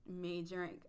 majoring